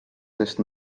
sest